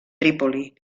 trípoli